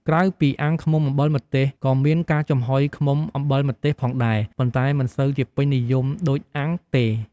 ក្រៅពីអាំងឃ្មុំអំបិលម្ទេស ក៏មានការចំហុយឃ្មុំអំបិលម្ទេសផងដែរ ប៉ុន្តែមិនសូវជាពេញនិយមដូចអាំងទេ។